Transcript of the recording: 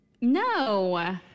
No